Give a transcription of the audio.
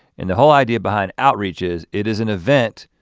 and the whole idea behind outreaches it is an event